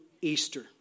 Easter